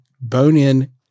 Bone-In